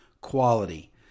quality